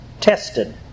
tested